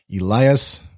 Elias